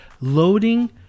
loading